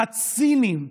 הציניים,